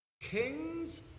kings